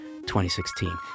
2016